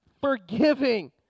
Forgiving